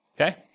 okay